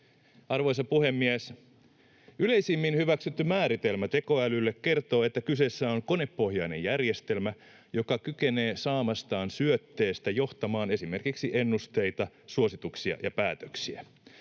Arvoisa puhemies! Yleisimmin hyväksytty määritelmä tekoälylle kertoo, että kyseessä on konepohjainen järjestelmä, joka kykenee saamastaan syötteestä johtamaan esimerkiksi ennusteita, suosituksia ja päätöksiä.